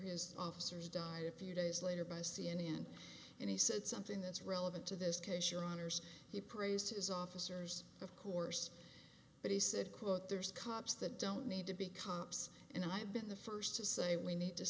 his officers died a few days later by c n n and he said something that's relevant to this case your honour's he praised his officers of course but he said quote there's cops that don't need to be cops and i've been the first to say we need to